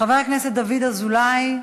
חבר הכנסת דוד אזולאי,